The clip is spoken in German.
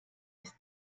ist